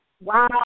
Wow